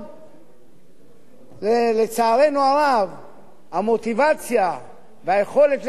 המוטיבציה והיכולת לגשר על פערים ולהתגבר על אותם קשיים הגיעו,